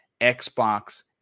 Xbox